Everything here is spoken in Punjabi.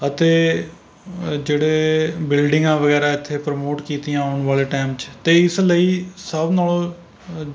ਅਤੇ ਜਿਹੜੇ ਬਿਲਡਿੰਗਾਂ ਵਗੈਰਾ ਇੱਥੇ ਪ੍ਰਮੋਟ ਕੀਤੀਆਂ ਆਉਣ ਵਾਲੇ ਟਾਈਮ 'ਚ ਅਤੇ ਇਸ ਲਈ ਸਭ ਨਾਲੋਂ